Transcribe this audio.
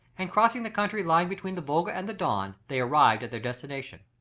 and crossing the country lying between the volga and the don, they arrived at their destination.